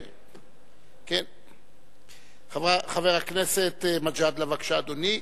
חבר הכנסת מג'אדלה, אדוני,